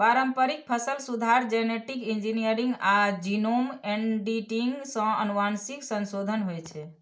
पारंपरिक फसल सुधार, जेनेटिक इंजीनियरिंग आ जीनोम एडिटिंग सं आनुवंशिक संशोधन होइ छै